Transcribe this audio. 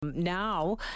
Now